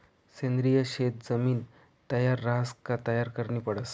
सेंद्रिय शेत जमीन तयार रहास का तयार करनी पडस